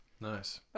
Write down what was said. nice